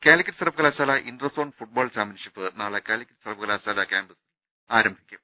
കാലിക്കറ്റ് സർവകലാശാല interzone football championship നാളെ കാലിക്കറ്റ് സർവകലാശാല കൃാംപ്സിൽ ആരംഭിക്കും